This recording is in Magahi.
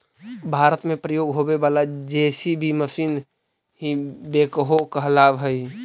भारत में प्रयोग होवे वाला जे.सी.बी मशीन ही बेक्हो कहलावऽ हई